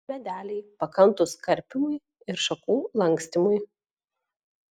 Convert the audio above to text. medeliai pakantūs karpymui ir šakų lankstymui